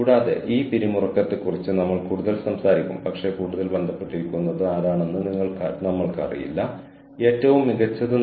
കൂടാതെ ഒരു അവസരം എങ്ങനെയുണ്ടെന്ന് മനസ്സിലാക്കാൻ നിങ്ങളെ സഹായിക്കുന്നതിന് ഞാൻ ഇത് പ്രത്യേകമായി ചെയ്യുന്നു